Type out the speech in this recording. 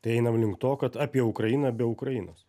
tai einam link to kad apie ukrainą be ukrainos